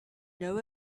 know